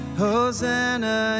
Hosanna